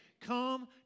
come